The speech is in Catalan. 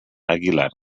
aguilar